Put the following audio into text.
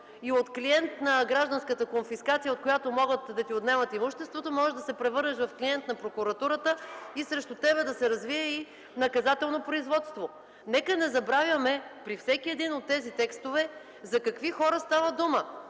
От клиент на гражданската конфискация, при която могат да ти отнемат имуществото, можеш да се превърнеш в клиент на прокуратурата и срещу теб да се развие и наказателно производство. Нека не забравяме при всеки един от тези текстове за какви хора става дума,